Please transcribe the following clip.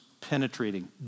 penetrating